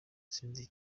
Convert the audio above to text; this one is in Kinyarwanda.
sinzi